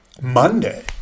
Monday